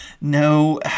No